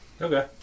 Okay